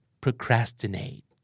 procrastinate